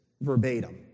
verbatim